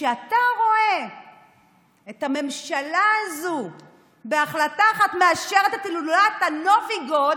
וכשאתה רואה את הממשלה הזאת בהחלטה אחת מאשרת את הילולת הנובי גוד